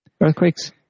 earthquakes